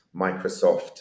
Microsoft